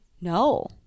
No